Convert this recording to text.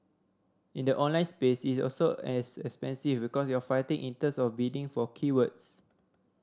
in the online space it's also as expensive because you're fighting in terms of bidding for keywords